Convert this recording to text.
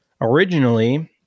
Originally